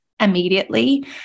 immediately